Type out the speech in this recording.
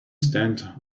stand